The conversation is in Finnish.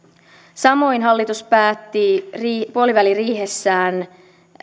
samoin hallitus päätti puoliväliriihessään